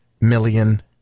million